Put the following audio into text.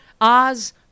Oz